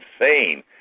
insane